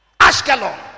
Ashkelon